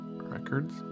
Records